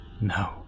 No